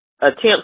attempts